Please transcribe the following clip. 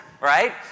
right